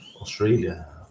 Australia